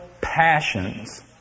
passions